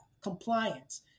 compliance